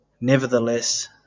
Nevertheless